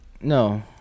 No